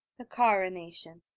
the cara nation,